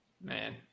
Man